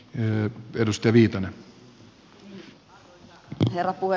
arvoisa herra puhemies